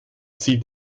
zieht